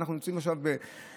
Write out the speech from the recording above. שאנחנו נמצאים עכשיו ברגע,